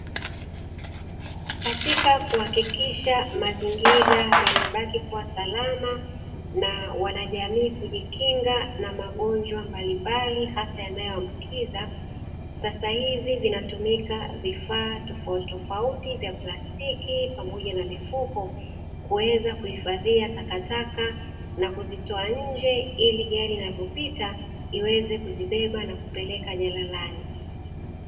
Katika kuhakikisha mazingira yanabaki kuwa salama na wanajamii kujikinga na magonjwa mbalimbali hasa yanayombukiza, sasa hivi vinatumika vifaa tofautitofauti vya plastiki pamoja na mifuko, kuweza kuhifadhia takataka na kuzitoa nje ili gari inavyopita iweze kuzibeba na kupeleka jalalani.